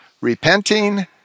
repenting